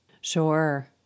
Sure